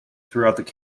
throughout